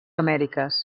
amèriques